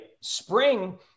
Spring